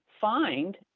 find